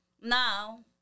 Now